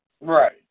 Right